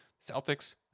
Celtics